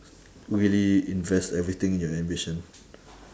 really invest everything in your ambition